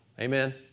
Amen